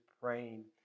praying